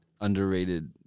underrated